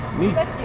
me that